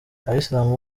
abayisilamu